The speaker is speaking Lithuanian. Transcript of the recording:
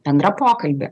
bendrą pokalbį